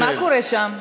מה קורה שם?